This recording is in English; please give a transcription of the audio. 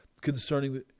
concerning